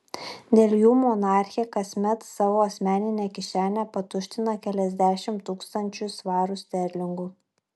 dėl jų monarchė kasmet savo asmeninę kišenę patuština keliasdešimt tūkstančių svarų sterlingų